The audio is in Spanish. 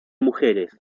mujeres